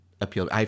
appeal